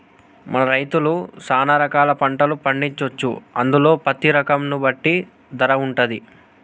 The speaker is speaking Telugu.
మన రైతులు సాన రకాల పంటలు పండించొచ్చు అందులో పత్తి రకం ను బట్టి ధర వుంటది